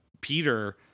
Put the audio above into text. Peter